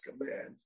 command